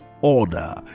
order